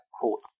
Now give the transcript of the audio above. court